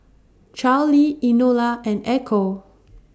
Charly Enola and Echo